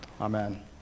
Amen